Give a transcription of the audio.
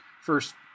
first